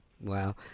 Wow